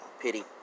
pity